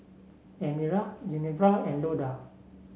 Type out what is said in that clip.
Elmyra Genevra and Loda